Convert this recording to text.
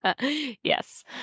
Yes